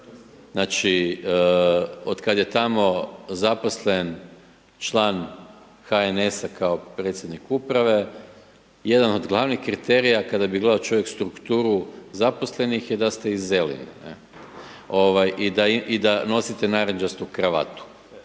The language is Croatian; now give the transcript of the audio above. znači, od kad je tamo zaposlen član HNS-a kao predsjednik Uprave, jedan od glavnih kriterija, kada bi gledao čovjek strukturu zaposlenih, je da ste iz Zeline, ne. Ovaj, i da, i da nosite narančastu kravatu,